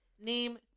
Name